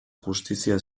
justizia